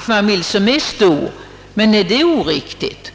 familj som är stor, men är detta oriktigt?